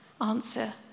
answer